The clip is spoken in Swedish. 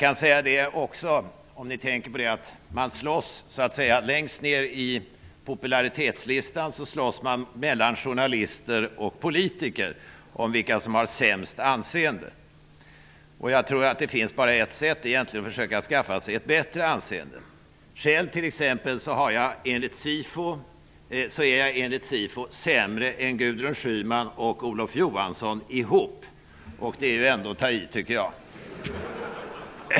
Ni kan tänka på att längst ner på popularitetslistan slåss journalister och politiker om vilka som har sämst anseende. Jag tror att det bara finns ett sätt, och det är att försöka skaffa sig ett bättre anseende. Själv är jag enligt SIFO sämre än Gudrun Schyman och Olof Johansson ihop, och det är ändå att ta i.